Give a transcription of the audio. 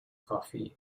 coffee